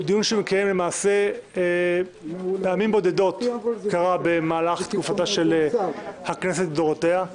הוא דיון שלמעשה פעמים בודדות התקיים במהלך הכנסת לדורותיה,